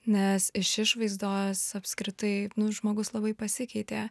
nes iš išvaizdos apskritai žmogus labai pasikeitė